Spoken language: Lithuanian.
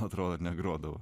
atrodo negrodavo